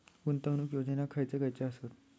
गुंतवणूक योजना खयचे खयचे आसत?